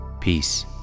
peace